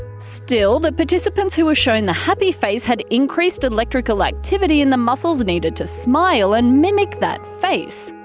still, the participants who were shown the happy face had increased electrical activity in the muscles needed to smile, and mimic that face.